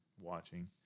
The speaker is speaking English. watching